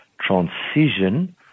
transition